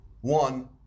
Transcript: One